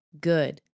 good